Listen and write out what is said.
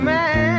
Man